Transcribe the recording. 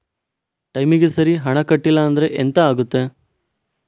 ಟೈಮಿಗೆ ಸರಿ ಹಣ ಕಟ್ಟಲಿಲ್ಲ ಅಂದ್ರೆ ಎಂಥ ಆಗುತ್ತೆ?